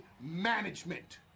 management